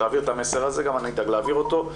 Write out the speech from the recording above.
תעביר את המסר הזה וגם אני אדאג להעביר אותו,